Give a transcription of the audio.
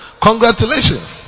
Congratulations